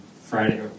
Friday